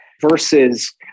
versus